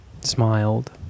smiled